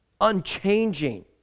unchanging